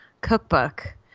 cookbook